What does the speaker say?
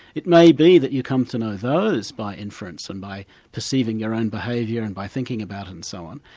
it may be that you come to know those by inference and by perceiving your own behaviour and by thinking about it and so on.